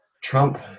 Trump